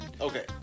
Okay